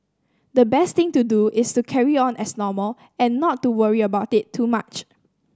the best thing to do is to carry on as normal and not to worry about it too much